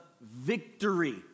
victory